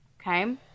Okay